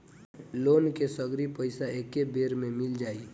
Loan के सगरी पइसा एके बेर में मिल जाई?